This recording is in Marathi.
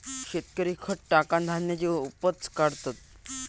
शेतकरी खत टाकान धान्याची उपज काढतत